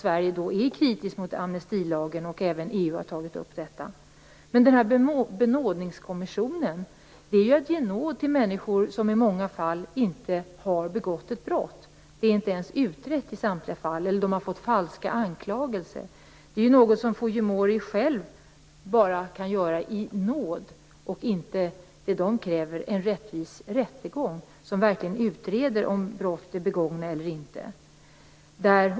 Sverige är kritiskt mot amnestilagen, och även EU har tagit upp detta. När det gäller benådningskommissionen handlar det ju om att ge nåd till människor som i många fall inte har begått ett brott. Det är inte ens utrett i samtliga fall, eller också handlar det om falska anklagelser. Det är något som Fujimori själv kan göra i nåd. Det är inte vad de kräver, nämligen en rättvis rättegång som verkligen utreder om brott är begångna eller inte.